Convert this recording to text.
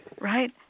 right